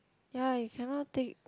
ya you cannot take